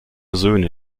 söhne